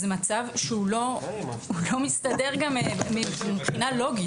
זה מצב שלא מסתדר גם מבחינה לוגית,